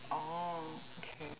oh okay